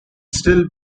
still